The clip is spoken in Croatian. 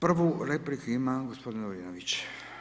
Prvu repliku ima gospodin Lovrinović.